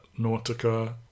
nautica